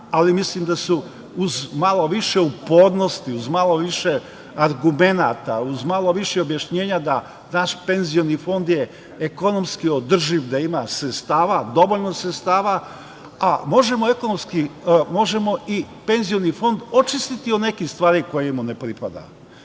ali mislim da uz malo više upornosti, uz malo više argumenata, uz malo više objašnjenja da naš Penzioni fond je ekonomski održiv, da ima dovoljno sredstava, a možemo i Penzioni fond očistiti od nekih stvari koje mu ne